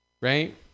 right